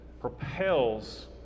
propels